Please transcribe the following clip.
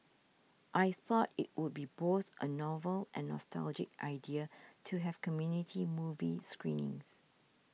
I thought it would be both a novel and nostalgic idea to have community movie screenings